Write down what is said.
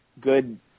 good